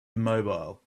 immobile